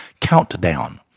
countdown